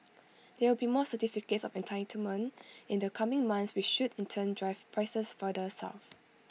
there will be more certificates of entitlement in the coming months which should in turn drive prices further south